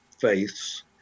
faiths